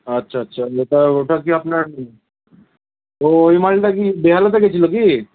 আচ্ছা আচ্ছা ওটা ওটা কি আপনার ও ওই মালটা কি বেহালাতে গেছিলো কি